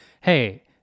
hey